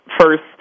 First